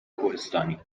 کوهستانی